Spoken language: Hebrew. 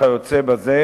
וכיוצא בזה,